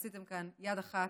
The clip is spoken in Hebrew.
עשיתן יד אחת,